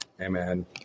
Amen